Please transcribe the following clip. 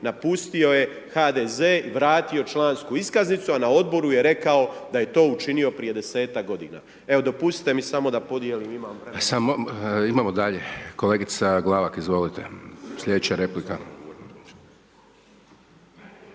napustio je HDZ i vratio člansku iskaznicu a na odboru je rekao da je to učinio prije 10-ak godina. Evo dopustite mi samo da podijelim, imam vremena. **Hajdaš Dončić, Siniša